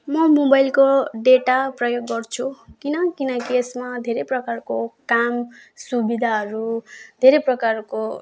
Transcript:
म मोबाइलको डाटा प्रयोग गर्छु किन किनकि यसमा धेरै प्रकारको काम सुविधाहरू धेरै प्रकारको